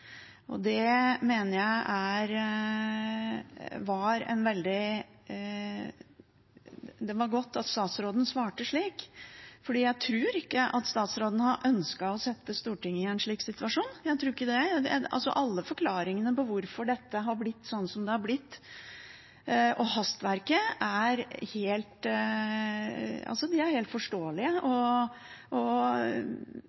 Jeg mener det var godt at statsråden svarte slik, for jeg tror ikke at han har ønsket å sette Stortinget i en slik situasjon. Alle forklaringene på hvorfor dette har blitt slik det har blitt – og hastverket – er helt forståelige. Det er